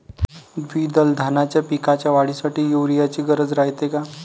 द्विदल धान्याच्या पिकाच्या वाढीसाठी यूरिया ची गरज रायते का?